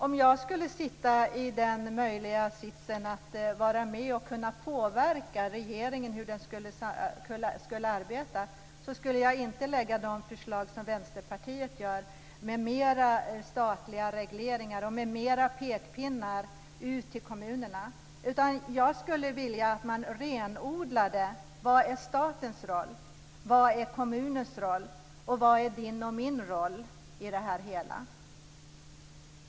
Om jag skulle vara i den sitsen att jag kunde vara med och påverka regeringens sätt att arbeta skulle jag inte lägga fram sådana förslag som Vänsterpartiet lägger fram som ju handlar om mer av statliga regleringar och mer av pekpinnar till kommunerna. I stället skulle jag vilja se en rendodling av statens roll, av kommunens roll och av din och min roll i det hela.